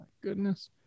goodness